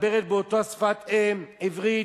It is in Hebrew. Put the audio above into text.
מדבר באותה שפת אם, עברית.